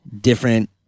different